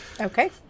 okay